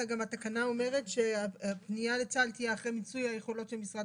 גם התקנה אומרת שהפנייה לצה"ל תהיה אחרי מיצוי היכולות של משרד